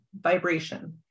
vibration